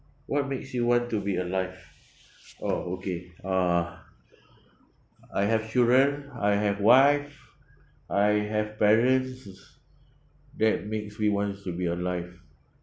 what makes you want to be alive oh okay uh I have children I have wife I have parents that makes we wants to be alive